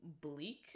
bleak